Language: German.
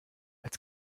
als